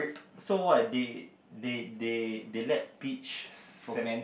so what they they they they let peach set